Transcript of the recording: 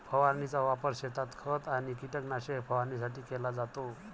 फवारणीचा वापर शेतात खत आणि कीटकनाशके फवारणीसाठी केला जातो